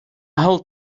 hold